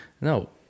No